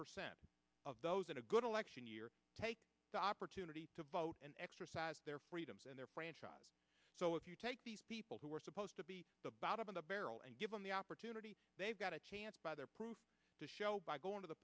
percent of those in a good election year take the opportunity to vote and exercise their freedoms and their franchise so if you take these people who are supposed to be the bottom of the barrel and give them the opportunity they've got a chance by their proof to show by going to the